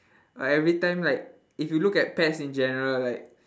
like every time like if you look at pets in general like